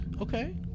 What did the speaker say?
Okay